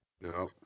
No